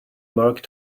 mark